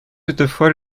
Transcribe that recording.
toutefois